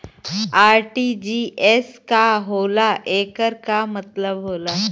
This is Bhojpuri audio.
आर.टी.जी.एस का होला एकर का मतलब होला?